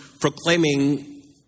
proclaiming